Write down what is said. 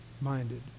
minded